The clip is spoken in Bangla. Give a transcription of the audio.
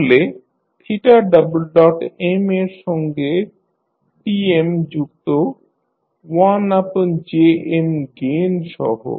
তাহলে m এর সঙ্গে Tm যুক্ত 1Jm গেইন সহ